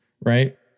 Right